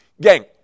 Gang